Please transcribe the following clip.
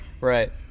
Right